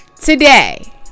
Today